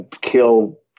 kill